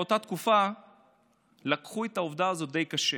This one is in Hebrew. באותה תקופה לקחו את העובדה הזאת די קשה.